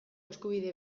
eskubide